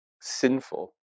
sinful